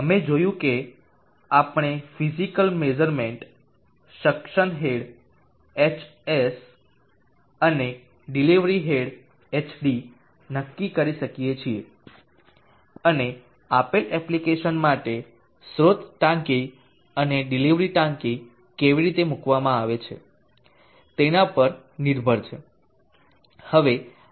અમે જોયું કે આપણે physical measurement suction head hs અને ડિલિવરી હેડ hd નક્કી કરી શકીએ છીએ અને આપેલ એપ્લિકેશન માટે સ્રોત ટાંકી અને ડિલિવરી ટાંકી કેવી રીતે મૂકવામાં આવે છે તેના પર નિર્ભર છે